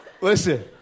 Listen